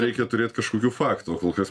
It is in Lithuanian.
reikia turėt kažkokių faktų o kol kas